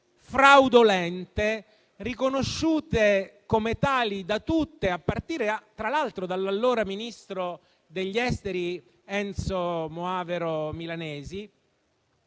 fraudolente, riconosciute come tali da tutti, a partire, tra l'altro, dall'allora ministro degli esteri Enzo Moavero Milanesi.